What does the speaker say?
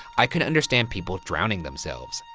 i can understand people drowning themselves.